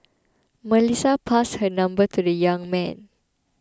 Melissa passed her number to the young man